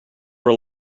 were